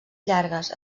llargues